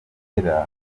yera